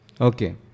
Okay